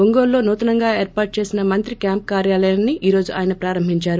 ఒంగోలులో నూతనంగా ఏర్పాటు చేసిన మంత్రి క్కాంపు కార్యాలయాన్ని ఈ రోజు ఆయన ప్రారంభించారు